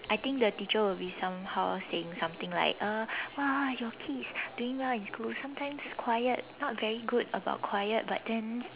I think the teacher will be somehow saying something like uh !wow! your kid is doing well in school sometimes quiet not very good about quiet but then